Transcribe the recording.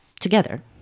together